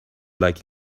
like